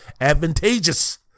advantageous